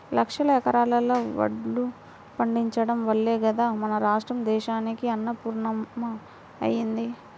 లక్షల ఎకరాల్లో వడ్లు పండించడం వల్లే గదా మన రాష్ట్రం దేశానికే అన్నపూర్ణమ్మ అయ్యింది